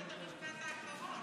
שמעתי את המשפט האחרון,